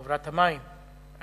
לחברת המים בעיקר,